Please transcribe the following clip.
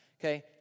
Okay